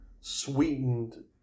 sweetened